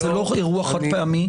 זה לא אירוע חד-פעמי.